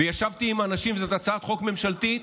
ישבתי עם האנשים, זאת הצעת חוק ממשלתית,